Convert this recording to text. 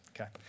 Okay